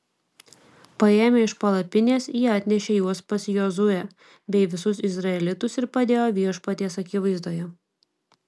paėmę iš palapinės jie atnešė juos pas jozuę bei visus izraelitus ir padėjo viešpaties akivaizdoje